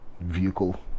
vehicle